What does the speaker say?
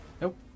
Nope